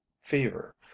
fever